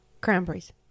Cranberries